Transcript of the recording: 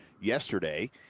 yesterday